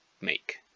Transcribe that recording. make